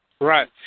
Right